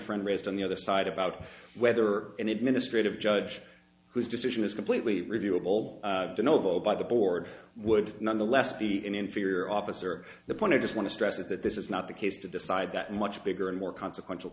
friend raised on the other side about whether an administrative judge whose decision is completely reviewable novo by the board would nonetheless be an inferior officer the point i just want to stress that this is not the case to decide that much bigger and more consequential